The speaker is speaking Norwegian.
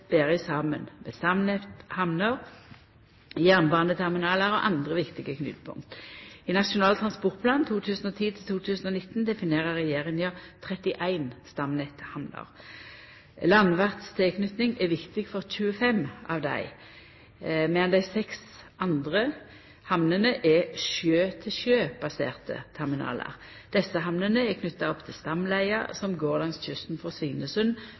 saman med stamnetthamner, jernbaneterminalar og andre viktige knutepunkt. I Nasjonal transportplan 2010–2019 definerer regjeringa 31 stamnetthamner. Landverts tilknyting er viktig for 25 av dei, medan dei seks andre hamnene er sjø–sjø-baserte terminalar. Desse hamnene er knytte opp til stamleia som går langs kysten frå Svinesund